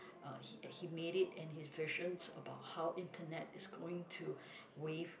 uh he uh he made it and his visions about how internet is going to wave